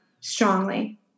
strongly